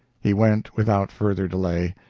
he went without further delay,